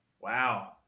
Wow